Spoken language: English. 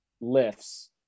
lifts